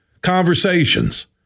conversations